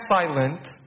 silent